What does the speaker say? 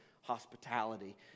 hospitality